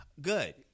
Good